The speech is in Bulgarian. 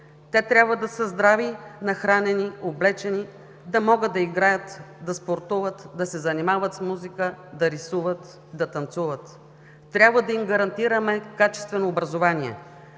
Те трябва да са здрави, нахранени, облечени, да могат да играят, да спортуват, да се занимават с музика, да рисуват, да танцуват. Трябва да им гарантираме качествено образование,